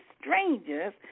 strangers